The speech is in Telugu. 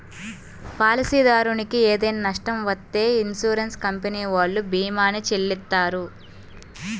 పాలసీదారునికి ఏదైనా నష్టం వత్తే ఇన్సూరెన్స్ కంపెనీ వాళ్ళు భీమాని చెల్లిత్తారు